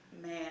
Man